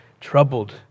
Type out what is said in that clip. troubled